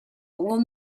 will